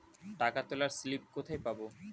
টাকা তোলার স্লিপ কোথায় পাব?